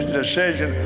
decision